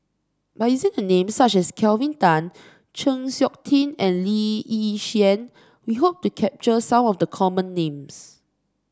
by using names such as Kelvin Tan Chng Seok Tin and Lee Yi Shyan we hope to capture some of the common names